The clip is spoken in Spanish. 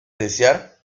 desear